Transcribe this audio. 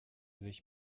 sich